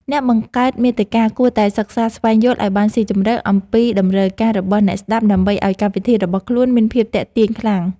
អ្នកផលិតមាតិកាគួរតែសិក្សាស្វែងយល់ឱ្យបានស៊ីជម្រៅអំពីតម្រូវការរបស់អ្នកស្តាប់ដើម្បីឱ្យកម្មវិធីរបស់ខ្លួនមានភាពទាក់ទាញខ្លាំង។